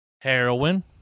Heroin